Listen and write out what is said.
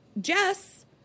Jess